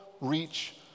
reach